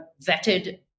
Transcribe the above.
vetted